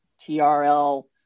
TRL